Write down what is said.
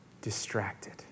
distracted